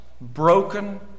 broken